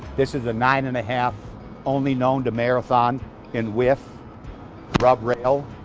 this is a nine and a half only known to marathon and with rub rail,